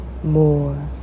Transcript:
more